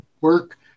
work